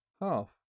half